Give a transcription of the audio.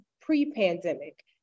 pre-pandemic